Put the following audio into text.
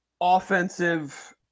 offensive